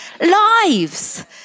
lives